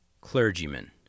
clergymen